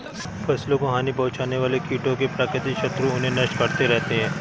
फसलों को हानि पहुँचाने वाले कीटों के प्राकृतिक शत्रु उन्हें नष्ट करते रहते हैं